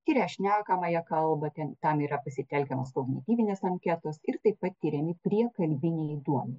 tiria šnekamąją kalbą ten tam yra pasitelkiamos kognityvinės anketos ir taip pat tiriami prie kalbinei duonai